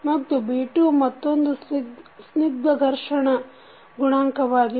ಮತ್ತು B2 ಮತ್ತೊಂದು ಸ್ನಿಗ್ಧ ಘರ್ಷಣ ಗುಣಾಂಕವಾಗಿದೆ